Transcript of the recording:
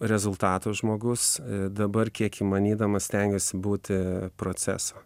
rezultato žmogus dabar kiek įmanydamas stengiuosi būti proceso